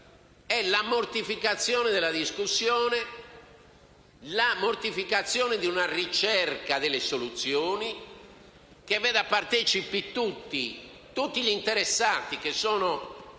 la mortificazione della discussione, la mortificazione di una ricerca delle soluzioni, che veda partecipi tutti gli interessati, che sono